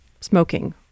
smoking